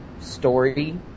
story